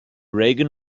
reagan